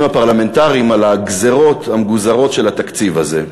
הפרלמנטריים על הגזירות המגוזרות של התקציב הזה.